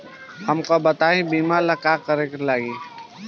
हमका बताई बीमा ला का का लागी?